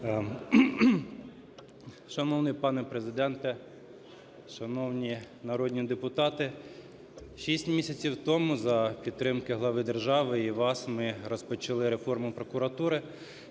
Шановний пане Президенте, шановні народні депутати! Шість місяців тому за підтримки глави держави і вас ми розпочали реформу прокуратури.